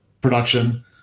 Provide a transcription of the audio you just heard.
production